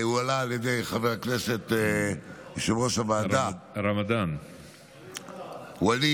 זה הועלה על ידי יושב-ראש הוועדה חבר הכנסת ווליד,